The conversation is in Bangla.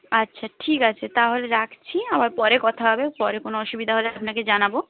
আচ্ছা ঠিক আছে তাহলে রাখছি আবার পরে কথা হবে পরে কোনো অসুবিধা হলে আপনাকে জানাবো